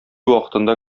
вакытында